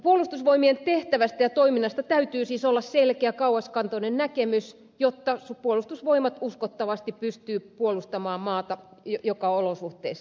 puolustusvoimien tehtävästä ja toiminnasta täytyy siis olla selkeä kauaskantoinen näkemys jotta puolustusvoimat uskottavasti pystyy puolustamaan maata kaikissa olosuhteissa